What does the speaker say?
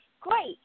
great